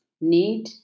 need